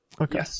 okay